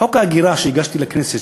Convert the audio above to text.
חוק ההגירה שהגשתי לכנסת,